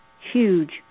huge